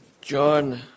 John